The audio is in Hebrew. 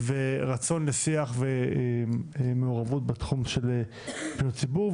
ורצון לשיח ומעורבות בתחום של פניות הציבור,